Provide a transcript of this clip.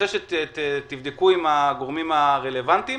אחרי שתבדקו עם הגורמים הרלוונטיים.